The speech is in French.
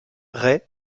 ray